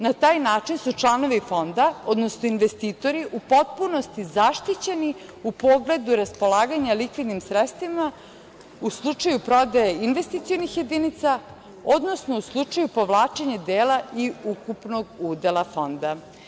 Na taj način su članovi fonda, odnosno investitori, u potpunosti zaštićeni u pogledu raspolaganja likvidnim sredstvima u slučaju prodaje investicionih jedinica, odnosno u slučaju povlačenja dela i ukupnog udela fonda.